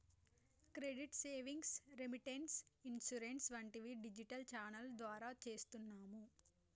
credit savings, remittance, insurance వంటివి digital channel ద్వారా చేస్తున్నాము